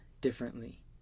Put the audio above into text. differently